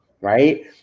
right